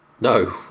No